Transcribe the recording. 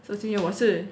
so 今天我是